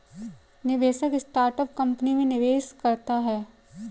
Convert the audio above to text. निवेशक startup company में निवेश करता है